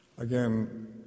Again